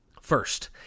first